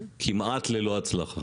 כמעט ללא הצלחה